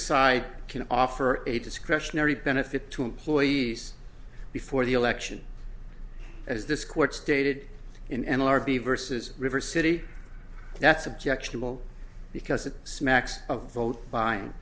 side can offer a discretionary benefit to employees before the election as this court stated in and larbi versus river city that's objectionable because it smacks of vote buying